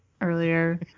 earlier